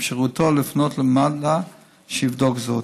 באפשרותו לפנות למד"א שיבדוק זאת.